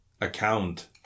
Account